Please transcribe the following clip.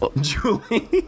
Julie